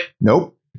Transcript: Nope